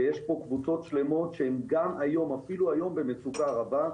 שיש פה קבוצות שלמות שגם היום אפילו היום הן במצוקה רבה.